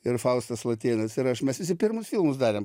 ir faustas latėnas ir aš mes visi pirmus filmus darėm